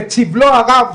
את סבלו הרב,